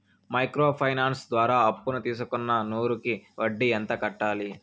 Micro finance ద్వారా అప్పును తీసుకున్న నూరు కి వడ్డీ ఎంత కట్టాలి?